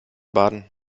baden